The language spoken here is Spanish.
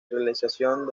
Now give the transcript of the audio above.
realización